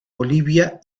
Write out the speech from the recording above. bolivia